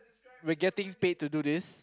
we're getting paid to do this